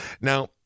Now